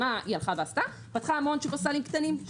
מה היא עשתה פתחה המון שופרסלים קטנים,